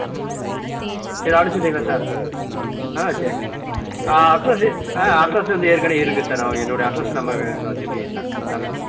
ஆ சரி சரி அனுப்ச்சு உடறீங்களா சார் ஆ சரிங்க அட்ரஸ்ஸு ஆ அட்ரஸ் வந்து ஏற்கனவே இருக்குது சார் ஆமாம் என்னுடைய அட்ரஸ் நம்ம அங்கே வெச்சுருக்கீங்க சார் அந்த அட்ரஸ்தான்